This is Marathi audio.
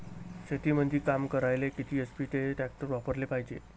शेतीमंदी काम करायले किती एच.पी चे ट्रॅक्टर वापरायले पायजे?